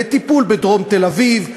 לטיפול בדרום תל-אביב,